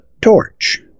torch